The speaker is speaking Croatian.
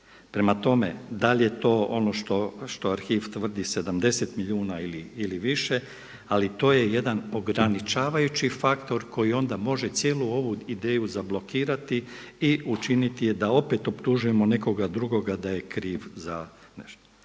Prema tome, da li je to ono što arhiv tvrdi 70 milijuna ili više, ali to je jedan ograničavajući faktor koji onda može cijelu ovu ideju zablokirati i učiniti je da opet optužujemo nekog drugoga da je kriv za nešto.